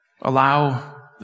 allow